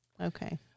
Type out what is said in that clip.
Okay